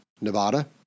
Nevada